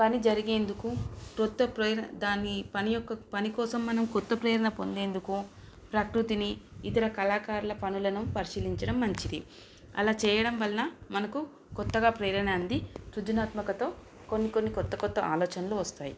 పని జరిగేందుకు కొత్త ప్రేరణ దాని పని యొక్క పని కోసం మనం కొత్త ప్రేరణ పొందేందుకు ప్రకృతిని ఇతర కళాకారుల పనులను పరిశీలించడం మంచిది అలా చేయడం వలన మనకు కొత్తగా ప్రేరణ అంది సృజనాత్మకతో కొన్ని కొన్ని కొత్త కొత్త ఆలోచనలు వస్తాయి